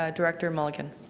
ah director mulligan.